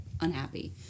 unhappy